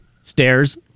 Stairs